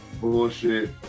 bullshit